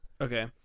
okay